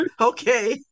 Okay